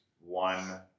one